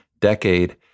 decade